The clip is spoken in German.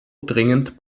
dringend